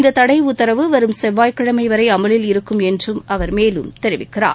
இந்த தடை உத்தரவு வரும் செவ்வாய் கிழமை வரை அமலில் இருக்கும் என்று அவர் மேலும் தெரிவிக்கிறார்